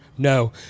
No